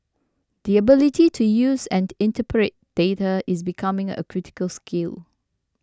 the ability to use and interpret data is becoming a critical skill